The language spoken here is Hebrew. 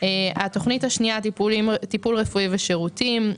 תוכנית מס' 2: טיפול רפואי ושירותים,